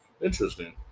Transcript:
Interesting